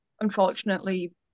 unfortunately